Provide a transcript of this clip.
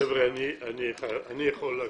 חבר'ה, אני יכול להקשיב,